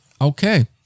okay